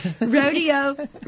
Rodeo